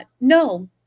No